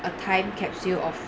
a time capsule of